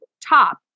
top